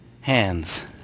hands